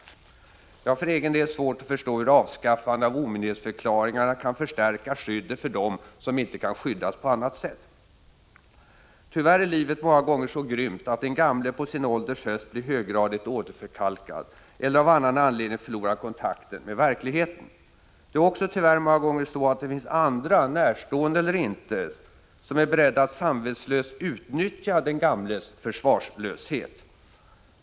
Jag har för egen del svårt att förstå hur avskaffande av omyndighetsförklaringarna kan förstärka skyddet för dem som inte kan skyddas på annat sätt. Tyvärr är livet många gånger så grymt att den gamle på sin ålders höst blir höggradigt åderförkalkad eller av annan anledning förlorar kontakten med verkligheten. Det är också tyvärr många gånger så att det finns andra — närstående eller inte — som är beredda att samvetslöst utnyttja den gamles försvarslöshet.